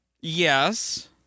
Yes